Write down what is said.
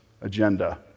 agenda